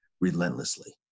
relentlessly